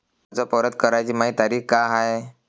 कर्ज परत कराची मायी तारीख का हाय?